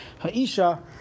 Ha'isha